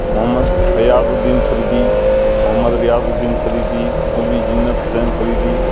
Muhammad Fayazuddin Faridi Mohammad Riyazuddin Faridi Maulvi Junaid Hussain Faridi